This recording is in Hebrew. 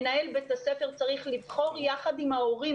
מנהל בית הספר צריך לבחור יחד עם ההורים